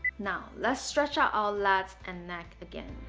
now let's stretch out our lats and neck again